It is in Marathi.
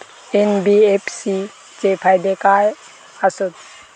एन.बी.एफ.सी चे फायदे खाय आसत?